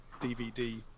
DVD